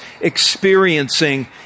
experiencing